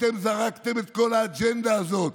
אתם זרקתם את כל האג'נדה הזאת.